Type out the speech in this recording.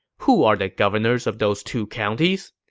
who are the governors of those two counties?